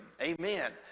Amen